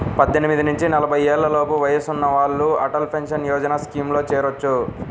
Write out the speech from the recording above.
పద్దెనిమిది నుంచి నలభై ఏళ్లలోపు వయసున్న వాళ్ళు అటల్ పెన్షన్ యోజన స్కీమ్లో చేరొచ్చు